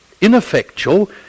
ineffectual